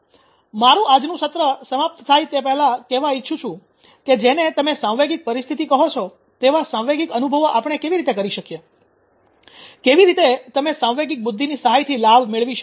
સારું મારુ આજનું સત્ર સમાપ્ત થાય તે પહેલાં હું કહેવા ઈચ્છું છું કે જેને તમે સાંવેગિક પરિસ્થિતિ કહો છો તેવા સાંવેગિક અનુભવો આપણે કેવી રીતે કરી શકીએ કેવી રીતે તમે સાંવેગિક બુદ્ધિની સહાયથી લાભ મેળવી શકો